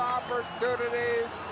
opportunities